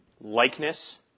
likeness